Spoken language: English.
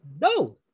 no